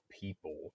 people